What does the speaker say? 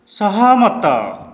ସହମତ